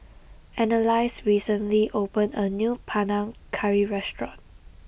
Annalise recently opened a new Panang Curry restaurant